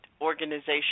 organization